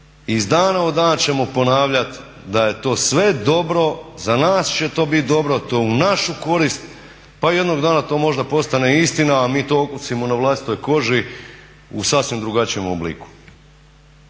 Iz dana u dan ćemo ponavljati da je to sve dobro, za nas će to bit dobro, to je u našu korist, pa jednog dana to možda postane i istina a mi to okusimo na vlastitoj koži u sasvim drugačijem obliku.